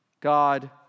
God